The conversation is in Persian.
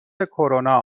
کرونا